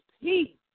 peace